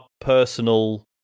personal